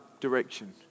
direction